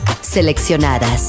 Seleccionadas